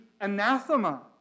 anathema